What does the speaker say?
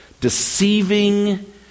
deceiving